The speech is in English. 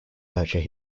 nurture